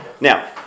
Now